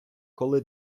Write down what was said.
коли